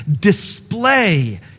display